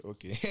Okay